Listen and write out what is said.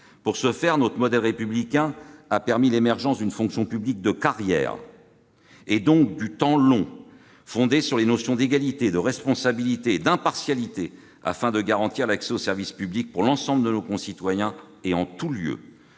Pour ce faire, notre modèle républicain a permis l'émergence d'une fonction publique de carrière, donc du temps long, fondée sur les notions d'égalité, de responsabilité et d'impartialité. Ce modèle visait à garantir l'accès aux services publics à l'ensemble de nos concitoyens et en tout lieu.